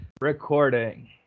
recording